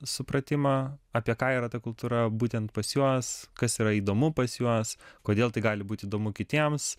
supratimą apie ką yra ta kultūra būtent pas juos kas yra įdomu pas juos kodėl tai gali būt įdomu kitiems